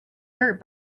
dirt